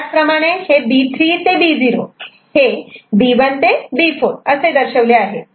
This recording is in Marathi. त्याचप्रमाणे B3 ते B0 हे B1 ते B4 असे दर्शवले आहे